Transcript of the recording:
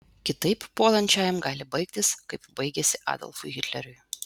kitaip puolančiajam gali baigtis kaip baigėsi adolfui hitleriui